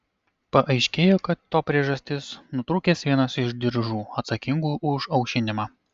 paaiškėjo kad to priežastis nutrūkęs vienas iš diržų atsakingų už aušinimą